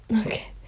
Okay